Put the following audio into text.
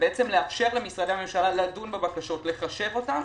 ולאפשר למשרדי הממשלה, לדון בבקשות, לחשב אותן.